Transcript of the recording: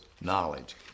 knowledge